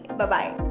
Bye-bye